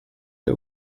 der